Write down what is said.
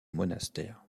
monastère